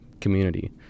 community